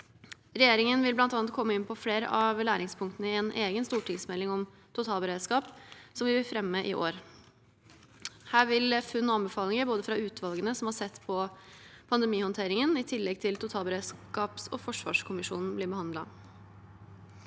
Regjeringen vil bl.a. komme inn på flere av læringspunktene i en egen stortingsmelding om totalberedskap som vi vil fremme i år. Her vil funn og anbefalinger fra utvalgene som har sett på pandemihåndteringen, i tillegg til totalberedskapskommisjonen og forsvarskommisjonen, bli behandlet.